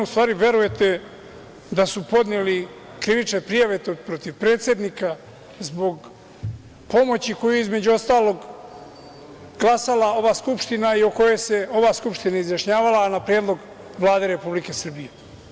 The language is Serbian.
U stvari, verujete li da su podneli krivične prijate protiv predsednika zbog pomoći koju je, između ostalog, izglasala ova Skupština, o kojoj se ova Skupština izjašnjavala, a na predlog Vlade Republike Srbije?